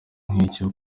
nk’icyo